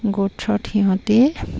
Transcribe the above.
গ্ৰৌথত সিহঁতে